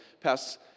passed